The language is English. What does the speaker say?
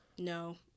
no